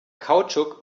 kautschuk